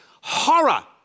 horror